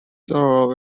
silva